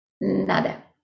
nada